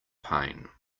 pain